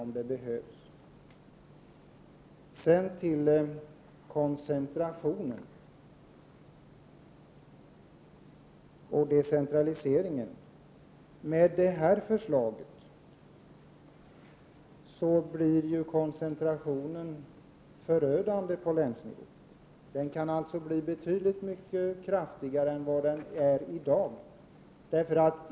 Sedan till frågan om koncentrationen och decentraliseringen. Med det förslag som föreligger blir ju koncentrationen förödande på länsnivå. Den kan alltså bli betydligt mycket kraftigare än i dag.